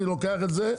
אני לוקח את זה,